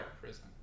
prison